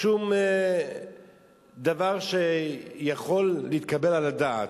ושום דבר שיכול להתקבל על הדעת.